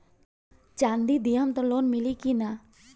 चाँदी देहम त लोन मिली की ना?